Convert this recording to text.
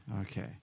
Okay